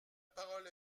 parole